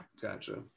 Gotcha